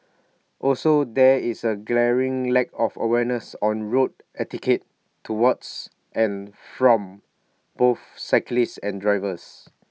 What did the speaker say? also there is A glaring lack of awareness on road etiquette towards and from both cyclists and drivers